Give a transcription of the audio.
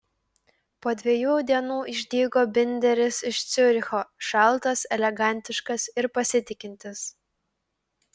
po dviejų dienų išdygo binderis iš ciuricho šaltas elegantiškas ir pasitikintis